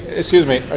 excuse me,